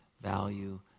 value